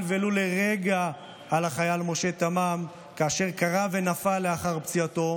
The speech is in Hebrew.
ולו לרגע על החייל משה תמם כאשר כרע ונפל לאחר פציעתו,